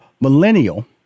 millennial